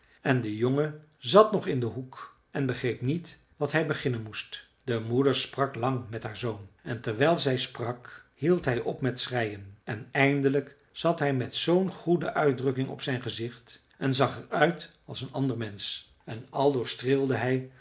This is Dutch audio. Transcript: en de jongen zat nog in den hoek en begreep niet wat hij beginnen moest de moeder sprak lang met haar zoon en terwijl zij sprak hield hij op met schreien en eindelijk zat hij met zoo'n goede uitdrukking op zijn gezicht en zag er uit als een ander mensch en aldoor streelde hij